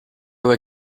were